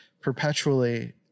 perpetually